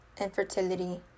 infertility